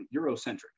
Eurocentric